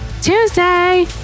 Tuesday